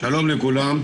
שלום לכולם.